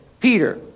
Peter